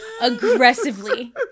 aggressively